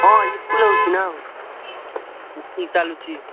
ହଁ ସ୍କୁଲ ହେଉଛି ନା ଚାଲୁଛି